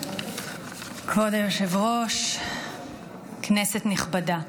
כבוד היושב-ראש, כנסת נכבדה,